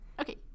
Okay